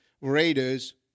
raiders